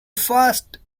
fast